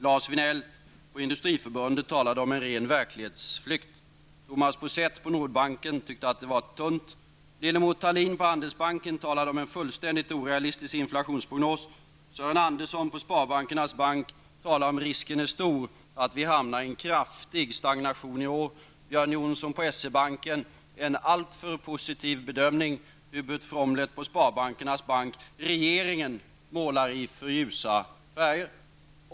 Lars Vinell på Industriförbundet talar om en ren verklighetsflykt. Tomas Pousette på Nordbanken tycker att förslaget är tunt. Lillemor Thalin på Handelsbanken talar om en fullständigt orealistisk inflationsprognos. Sören Andersson på Sparbankernas bank talar om att risken är stor att vi hamnar i en kraftig stagnation i år. Björn Jonsson på SE-Banken talar om en alltför positiv bedömning. Hubert Fromlet på Sparbankernas bank talar om att regeringen målar i för ljusa färger.